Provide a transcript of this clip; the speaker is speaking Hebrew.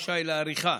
רשאי להאריכה